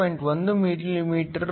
1 millimetre